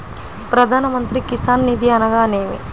ప్రధాన మంత్రి కిసాన్ నిధి అనగా నేమి?